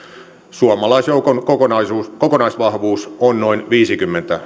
suomalaisjoukon kokonaisvahvuus kokonaisvahvuus on noin viisikymmentä